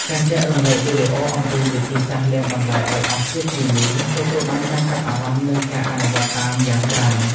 ការចែករំលែកវីដេអូអំពីវិធីសាស្ត្រលាងបន្លែឱ្យអស់ជាតិគីមី ទទួលបានការចាប់អារម្មណ៍និងការអនុវត្តតាមយ៉ាងច្រើន។